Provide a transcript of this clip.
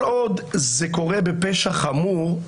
כל עוד זה קורה בפשע חמור,